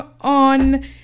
on